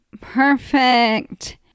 Perfect